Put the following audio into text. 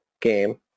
game